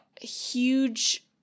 huge